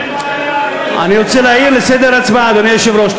אני רוצה להעיר לסדר ההצבעה, אדוני היושב-ראש.